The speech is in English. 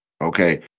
Okay